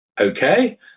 okay